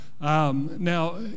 Now